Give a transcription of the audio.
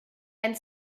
and